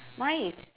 mine is